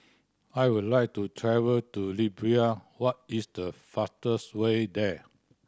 I would like to travel to Libya what is the fastest way there